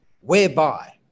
whereby